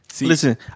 Listen